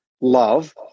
love